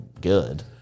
good